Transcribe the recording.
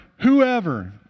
whoever